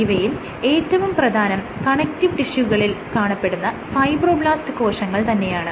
ഇവയിൽ ഏറ്റവും പ്രധാനം കണക്ടീവ് ടിഷ്യുകളിൽ കാണപ്പെടുന്ന ഫൈബ്രോബ്ലാസ്റ് കോശങ്ങൾ തന്നെയാണ്